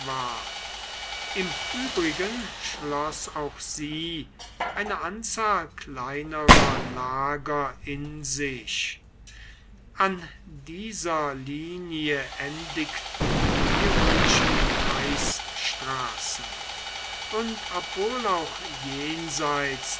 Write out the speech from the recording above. im übrigen schloß auch sie eine anzahl kleinerer lager in sich an dieser linie endigten die römischen reichs landstraßen und obwohl auch jenseits